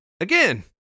again